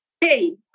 hey